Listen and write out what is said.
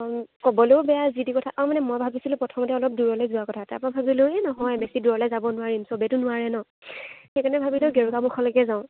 অঁ ক'বলৈয়ো বেয়া যি তি কথা আৰু মানে মই ভাবিছিলোঁ প্ৰথমতে অলপ দূৰলৈ যোৱা কথা তাৰপৰা ভাবিলোঁ এই নহয় বেছি দূৰলৈ যাব নোৱাৰিম চবেইতো নোৱাৰে ন সেইকাৰণে ভাবিলোঁ গেৰুকামুুখলৈকে যাওঁ